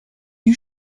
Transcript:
you